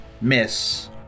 miss